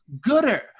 gooder